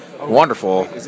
wonderful